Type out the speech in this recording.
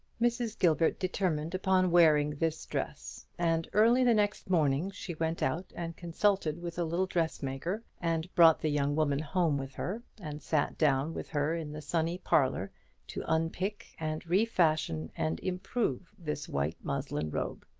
mrs. gilbert determined upon wearing this dress and early the next morning she went out and consulted with a little dressmaker, and brought the young woman home with her, and sat down with her in the sunny parlour to unpick and refashion and improve this white muslin robe.